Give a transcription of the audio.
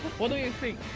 what do you think?